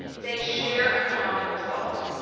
they share a common result.